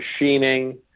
machining